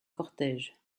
cortège